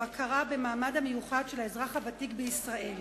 הכרה במעמד המיוחד של האזרח הוותיק בישראל,